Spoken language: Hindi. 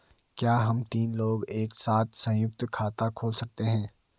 क्या हम तीन लोग एक साथ सयुंक्त खाता खोल सकते हैं?